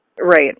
Right